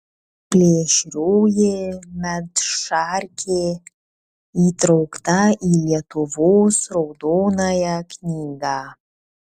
plėšrioji medšarkė įtraukta į lietuvos raudonąją knygą